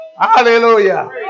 Hallelujah